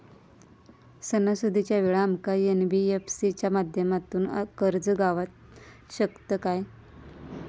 सणासुदीच्या वेळा आमका एन.बी.एफ.सी च्या माध्यमातून कर्ज गावात शकता काय?